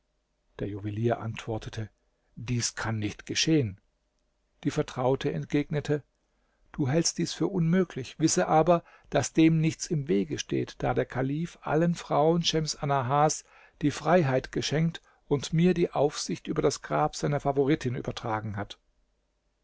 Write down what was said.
der juwelier antwortete dies kann nicht geschehen die vertraute entgegnete du hältst dies für unmöglich wisse aber daß dem nichts im wege steht da der kalif allen frauen schems annahars die freiheit geschenkt und mir die aufsicht über das grab seiner favoritin übertragen hat